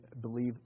believe